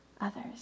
others